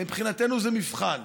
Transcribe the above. ומבחינתנו זה מבחן,